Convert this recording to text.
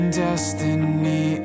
destiny